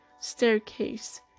staircase